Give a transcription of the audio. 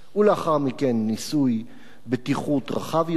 ולאחר מכן ניסוי בטיחות רחב יותר.